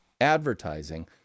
advertising